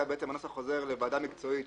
כרגע בעצם הנוסח חוזר לוועדה מקצועית,